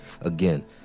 Again